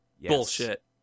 Bullshit